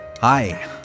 Hi